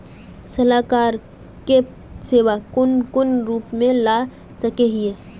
सलाहकार के सेवा कौन कौन रूप में ला सके हिये?